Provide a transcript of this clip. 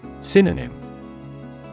Synonym